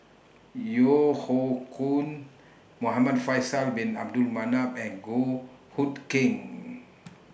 Yeo Hoe Koon Muhamad Faisal Bin Abdul Manap and Goh Hood Keng